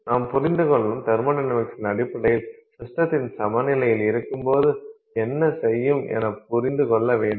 நாம் புரிந்துகொள்ளும் தெர்மொடைனமிக்ஸின் அடிப்படையில் சிஸ்டத்தின் சமநிலையில் இருக்கும்போது என்ன செய்யும் என புரிந்து கொள்ள வேண்டும்